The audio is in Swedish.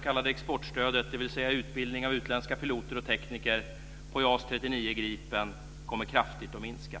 JAS 39 Gripen, kommer att minska kraftigt.